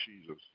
Jesus